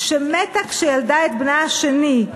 שמתה כשילדה את בנה השני,